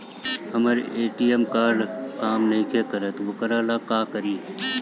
हमर ATM card काम नईखे करत वोकरा ला का करी?